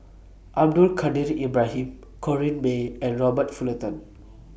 Abdul Kadir Ibrahim Corrinne May and Robert Fullerton